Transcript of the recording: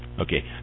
Okay